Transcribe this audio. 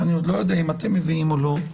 שאני עוד לא יודע אם אתם מביאים או לא.